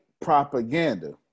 propaganda